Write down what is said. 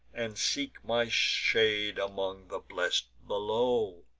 and seek my shade among the blest below